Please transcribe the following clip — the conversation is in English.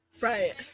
Right